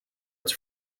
its